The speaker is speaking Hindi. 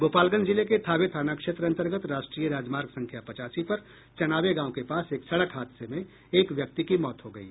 गोपालगंज जिले के थावे थाना क्षेत्र अंतर्गत राष्ट्रीय राजमार्ग संख्या पचासी पर चनावे गांव के पास एक सड़क हादसे में एक व्यक्ति की मौत हो गयी